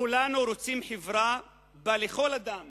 כולנו רוצים חברה שבה לכל אדם